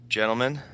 gentlemen